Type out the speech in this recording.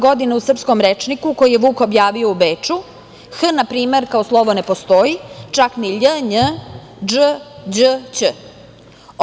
Godine 1818. u „Srpskom rečniku“ koji je Vuk objavio u Beču – „h“ kao slovo ne postoji, čak ni „lj, nj, dž, đ, ć“